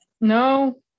No